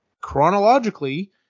chronologically